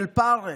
של פרך,